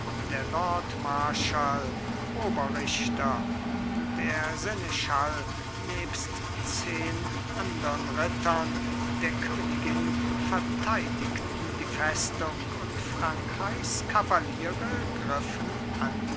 der lord marschall oberrichter der seneschall nebst zehen andern rittern der königin verteidigten die festung und frankreichs kavaliere griffen an